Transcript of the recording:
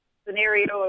scenario